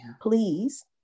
Please